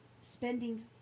spending